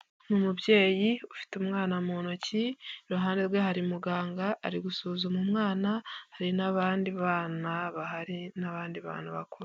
Ni umubyeyi ufite umwana mu ntoki, iruhande rwe hari muganga ari gusuzuma umwana, hari n'abandi bana bahari n'abandi bantu bakuru.